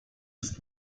ist